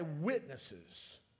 witnesses